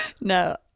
No